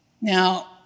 Now